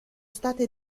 state